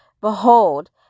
Behold